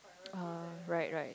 uh right right